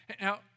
Now